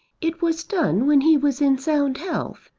it was done when he was in sound health,